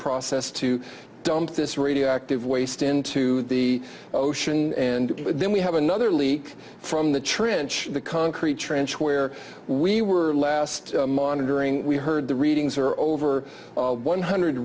process to dump this radioactive waste into the ocean and then we have another leak from the trench the concrete trench where we were last monitoring we heard the readings are over one hundred